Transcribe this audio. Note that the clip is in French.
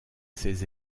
ses